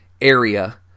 area